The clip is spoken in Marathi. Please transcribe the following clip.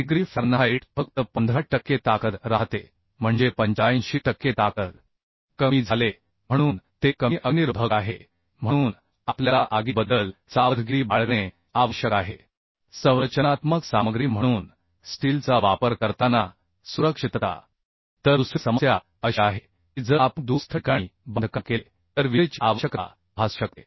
डिग्री फॅरनहाइट फक्त 15 टक्के ताकद राहते म्हणजे 85 टक्के ताकद कमी झाले म्हणून ते कमी अग्निरोधक आहे म्हणून आपल्याला आगीबद्दल संरचनात्मक सामग्री म्हणून स्टीलचा वापर करताना सुरक्षितता सावधगिरी बाळगणे आवश्यक आहे तर दुसरी समस्या अशी आहे की जर आपण दूरस्थ ठिकाणी बांधकाम केले तर विजेची आवश्यकता भासू शकते